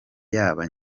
yaba